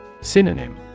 Synonym